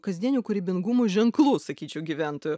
kasdienių kūrybingumo ženklų sakyčiau gyventojų